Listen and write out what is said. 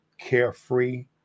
carefree